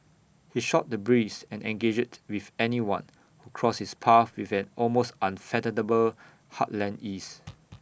he shot the breeze and engaged with anyone who crossed his path with an almost unfathomable heartland ease